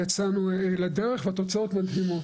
ויצאנו לדרך, והתוצאות לא דגימות.